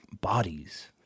bodies